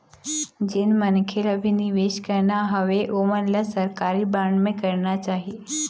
जेन मनखे ल भी निवेस करना हवय ओमन ल सरकारी बांड म करना चाही